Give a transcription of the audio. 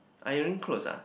iron clothes ah